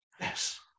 Yes